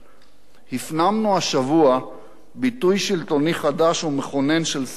"הפנמנו השבוע ביטוי שלטוני חדש ומכונן של שר המשתה: